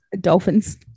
dolphins